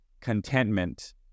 contentment